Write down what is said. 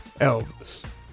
Elvis